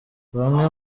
bamwe